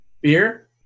Beer